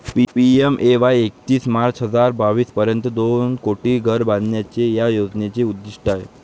PMAY एकतीस March हजार बावीस पर्यंत दोन कोटी घरे बांधण्याचे या योजनेचे उद्दिष्ट आहे